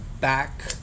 back